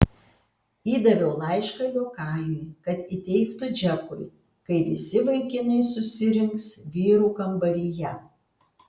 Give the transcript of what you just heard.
įdaviau laišką liokajui kad įteiktų džekui kai visi vaikinai susirinks vyrų kambaryje